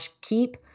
Keep